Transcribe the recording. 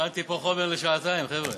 הכנתי פה חומר לשעתיים, חבר'ה.